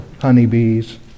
honeybees